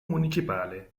municipale